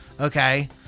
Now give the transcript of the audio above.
okay